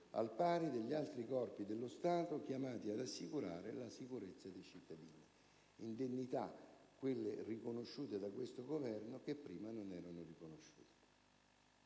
al pari degli altri Corpi dello Stato chiamati ad assicurare la sicurezza dei cittadini: indennità riconosciute da questo Governo che prima non erano riconosciute.